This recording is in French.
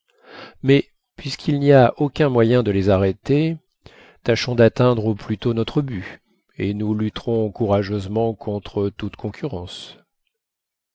mais puisqu'il n'y a aucun moyen de les arrêter tâchons d'atteindre au plus tôt notre but et nous lutterons courageusement contre toute concurrence